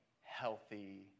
healthy